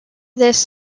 this